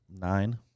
Nine